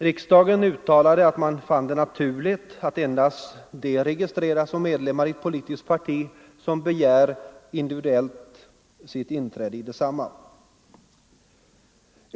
Riksdagen uttalade att man fann det naturligt att endast de registreras som medlemmar i ett politiskt parti som individuellt begär sitt inträde i detsamma.